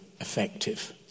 effective